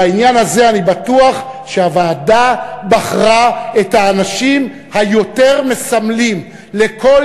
בעניין הזה אני בטוח שהוועדה בחרה את האנשים היותר מסמלים לכל